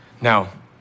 Now